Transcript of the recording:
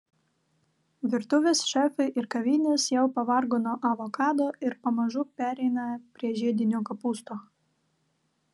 virtuvės šefai ir kavinės jau pavargo nuo avokado ir pamažu pereina prie žiedinio kopūsto